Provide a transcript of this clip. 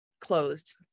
closed